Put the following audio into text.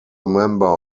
member